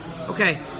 Okay